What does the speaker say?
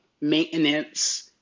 maintenance